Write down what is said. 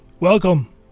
Welcome